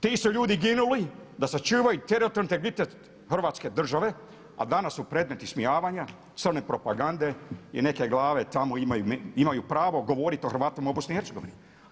Ti su ljudi ginuli da sačuvaju teritorijalni integritet Hrvatske države a danas su predmeti ismijavanja, crne propagande i neke glave tamo imaju pravo govoriti o Hrvatima u Bosni i Hercegovini.